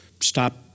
stop